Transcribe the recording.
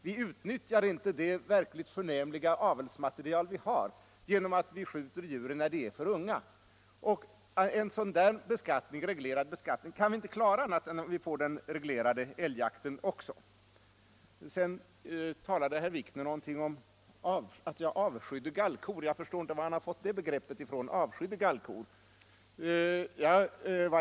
Vi utnyttjar inte det verkligt förnämliga avelsmaterial vi har genom att vi skjuter djuren när de är för unga. En reglerad beskattning kan vi inte klara annat än om vi får den reglerade älgjakten. 153 Sedan talade herr Wikner om att jag avskyr gallkor. Jag förstår inte var han fått det begreppet från.